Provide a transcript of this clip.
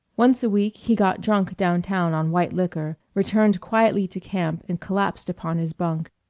once a week he got drunk down-town on white liquor, returned quietly to camp and collapsed upon his bunk,